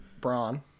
Braun